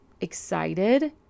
excited